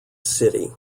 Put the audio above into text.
city